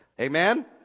Amen